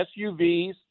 SUVs